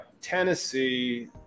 Tennessee